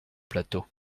plateau